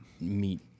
Meat